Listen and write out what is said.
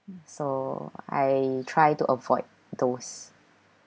mm so I try to avoid those